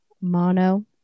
Mono